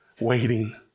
waiting